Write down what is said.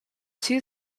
two